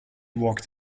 walked